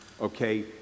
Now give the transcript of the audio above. okay